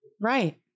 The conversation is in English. Right